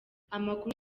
amakuru